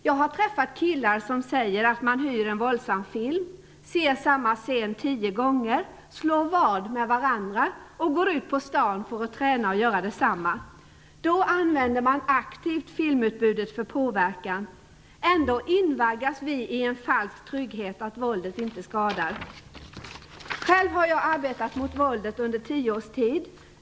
Jag har träffat killar som säger att man hyr en våldsam film, ser samma scen tio gånger, slår vad med varandra och går ut på stan för att träna att göra detsamma. Då använder man aktivt filmutbudet för påverkan. Ändå invaggas vi i en falsk trygghet att våldet inte skadar. Själv har jag arbetat mot våldet under tio års tid.